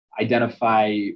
identify